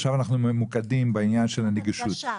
עכשיו אנחנו ממוקדים בעניין של הנגישות.